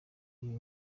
iyi